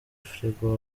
frigo